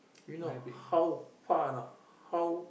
you know how far a not